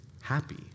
happy